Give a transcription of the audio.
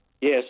Yes